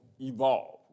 evolve